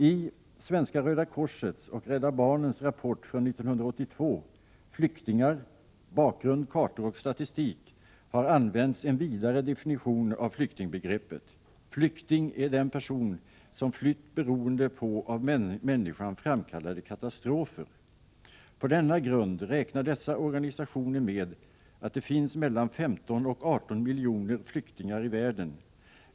I Svenska röda korsets och Rädda barnens rapport från 1982, Flyktingar — bakgrund, kartor och statistik, har man använt en vidare definition av flyktingbegreppet — ”Flykting är den person som flytt beroende på av människan framkallade katastrofer”. På denna grund räknar dessa organisationer med att det finns 15-18 miljoner flyktingar i världen.